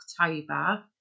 October